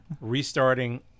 Restarting